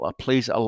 please